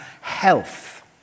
health